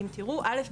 אם תיראו א',